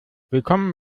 willkommen